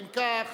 אם כך,